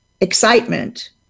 excitement